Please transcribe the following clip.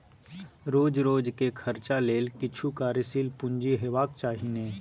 रोज रोजकेर खर्चा लेल किछु कार्यशील पूंजी हेबाक चाही ने